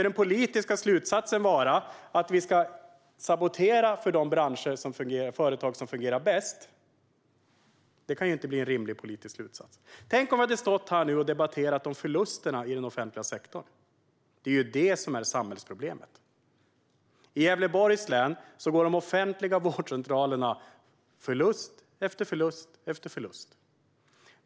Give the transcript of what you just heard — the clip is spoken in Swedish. Den politiska slutsatsen kan inte vara att vi ska sabotera för de företag som fungerar bäst. Det kan inte bli en rimlig politisk slutsats. Tänk om vi hade stått här och debatterat förlusterna i den offentliga sektorn. Det är samhällsproblemet. I Gävleborgs län gör de offentliga vårdcentralerna förlust efter förlust.